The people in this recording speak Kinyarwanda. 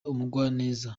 umugwaneza